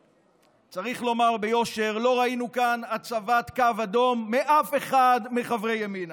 צריך לומר ביושר: לא ראינו כאן הצבת קו אדום של אף אחד מחברי ימינה.